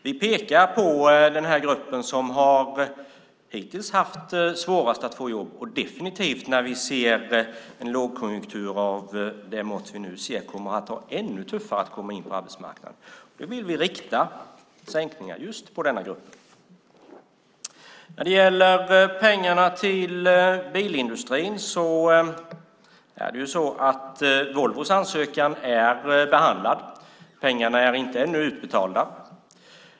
Vi pekar på den här gruppen som hittills har haft svårast att få jobb. I den lågkonjunktur vi nu ser kommer de definitivt att ha det ännu tuffare att komma in på arbetsmarknaden. Vi vill rikta sänkningar på denna grupp. När det gäller pengarna till bilindustrin är Volvos ansökan behandlad. Pengarna är ännu inte utbetalade.